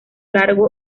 largo